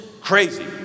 crazy